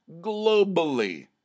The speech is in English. globally